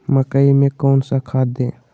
मकई में कौन सा खाद दे?